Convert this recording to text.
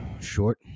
Short